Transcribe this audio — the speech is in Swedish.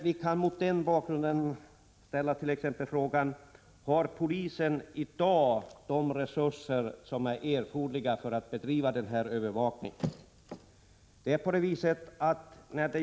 Vi kan mot den bakgrunden t.ex. ställa frågan: Har polisen i dag de resurser som är erforderliga för att bedriva den här övervakningen?